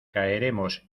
caeremos